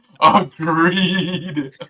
Agreed